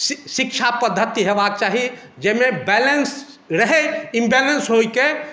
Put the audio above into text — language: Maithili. शि शिक्षा पद्धति हेबाक चाही जाहिमे बैलेंस रहय इम्बैलेंस होइके